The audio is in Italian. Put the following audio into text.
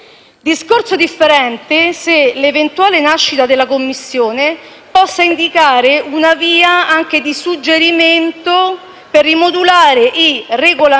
sarebbe differente se l'eventuale nascita della Commissione potesse indicare una via e dare qualche suggerimento per rimodulare i regolamenti